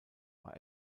war